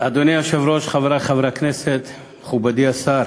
אדוני היושב-ראש, חברי חברי הכנסת, מכובדי השר,